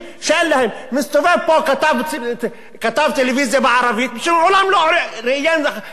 מסתובב פה כתב טלוויזיה בערבית שמעולם לא ראיין חבר כנסת ערבי,